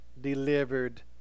delivered